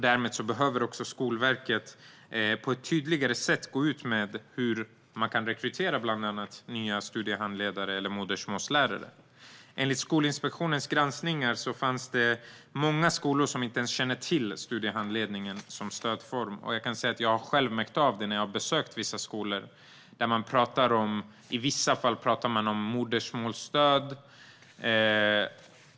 Därmed behöver Skolverket på ett tydligare sätt gå ut med hur man kan rekrytera bland annat nya studiehandledare eller modersmålslärare. Enligt Skolinspektionens granskningar fanns det många skolor som inte ens kände till studiehandledningen som stödform. Jag har själv märkt detta när jag har besökt vissa skolor, där man i vissa fall talar om modersmålsstöd.